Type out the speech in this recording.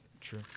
true